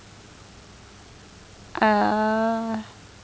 ah